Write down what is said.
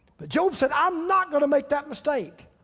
but job said, i'm not gonna make that mistake.